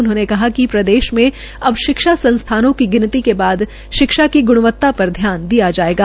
उन्होंने कहा कि प्रदेश में अब शिक्षा संस्थानों की गिनती के बाद शिक्षा की गृणवता पर ध्यान दिया जायेगा